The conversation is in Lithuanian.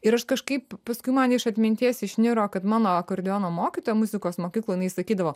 ir aš kažkaip paskui man iš atminties išniro kad mano akordeono mokytoja muzikos mokykloj jinai sakydavo